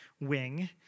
wing